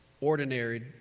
ordinary